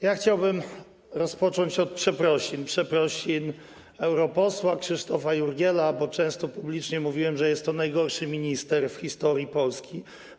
Ja chciałbym rozpocząć od przeprosin, przeprosin dla europosła Krzysztofa Jurgiela, bo często publicznie mówiłem, że jest to najgorszy minister w historii Polski.